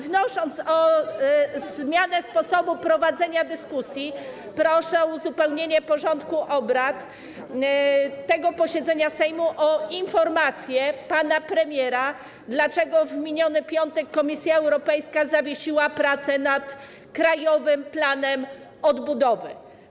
Wnosząc o zmianę sposobu prowadzenia dyskusji, proszę o uzupełnienie porządku obrad tego posiedzenia Sejmu o informację pana premiera w sprawie tego, dlaczego w miniony piątek Komisja Europejska zawiesiła prace nad Krajowym Planem Odbudowy.